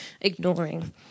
ignoring